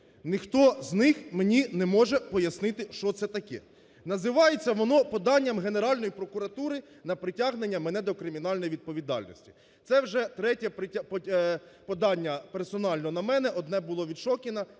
ніхто з них мені не може пояснити, що це таке. Називається воно поданням Генеральної прокуратури на притягнення мене до кримінальної відповідальності. Це вже третє подання персонально на мене, одне було від Шокіна,